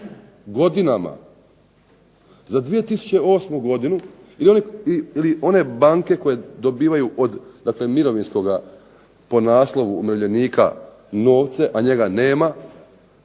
godinama. Za 2008. godinu ili one banke koje dobivaju dakle od mirovinskoga po naslovu umirovljenika novce, a njega nema,